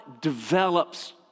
develops